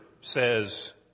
says